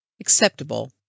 acceptable